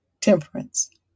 temperance